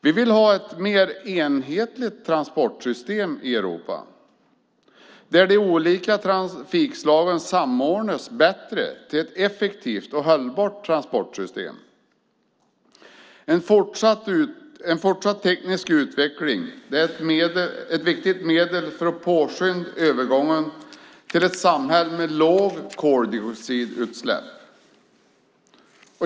Vi vill ha ett mer enhetligt transportsystem i Europa där de olika trafikslagen bättre samordnas till ett effektivt och hållbart transportsystem. En fortsatt teknisk utveckling är ett viktigt medel för att påskynda övergången till ett samhälle med låga koldioxidutsläpp.